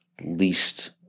least